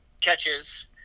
catches